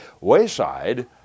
wayside